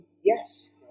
Yes